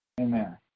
Amen